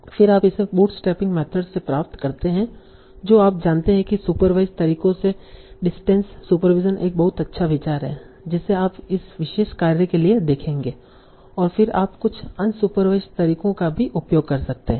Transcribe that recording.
फिर आप इसे बूटस्ट्रैपिंग मेथड्स से प्राप्त करते हैं जो आप जानते हैं कि सुपरवाइसड तरीकों से डिस्टेंस सुपरविज़न एक बहुत अच्छा विचार है जिसे आप इस विशेष कार्य के लिए देखेंगे और फिर आप कुछ अनसुपरवाइसड तरीकों का भी उपयोग कर सकते हैं